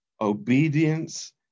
obedience